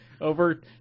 Over